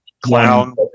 clown